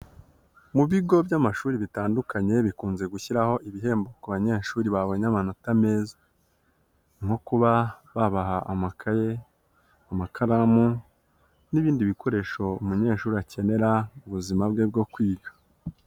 Mu bigo by'amashuri bitandukanye bikunze gushyiraho ibihembo ku banyeshuri babonye amanota meza. Nko kuba babaha amakaye, amakaramu, n'ibindi bikoresho umunyeshuri akenera mu buzima bwe bwo kwiga.